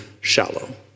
shallow